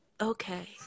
Okay